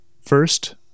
First